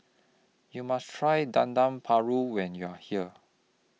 YOU must Try Dendeng Paru when YOU Are here